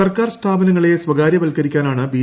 സർക്കാർ സ്ഥാപനങ്ങളെ കൃസ്പുകാര്യവത്കരിക്കാനാണ് ബി